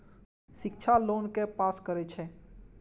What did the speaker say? शिक्षा लोन के पास करें छै?